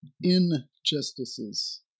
injustices